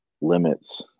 limits